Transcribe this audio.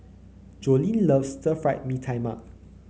Joleen loves Stir Fried Mee Tai Mak